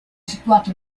situato